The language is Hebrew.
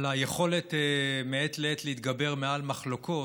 על היכולת להתגבר מעת לעת על מחלוקות.